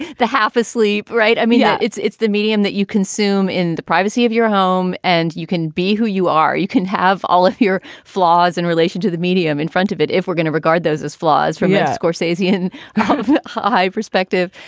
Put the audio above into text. the half asleep. right. i mean, yeah it's it's the medium that you consume in the privacy of your home. and you can be who you are. you can have all of your flaws in relation to the medium in front of it. if we're going to regard those as flaws from scorsese in my perspective.